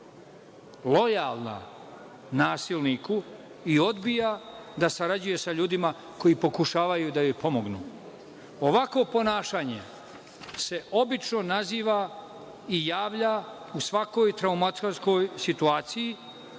lojalna nasilniku i odbija da sarađuje sa ljudima koji pokušavaju da joj pomognu. Ovakvo ponašanje se obično naziva i javlja u svakoj traumatskoj situaciji